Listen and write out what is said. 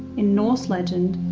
in norse legend,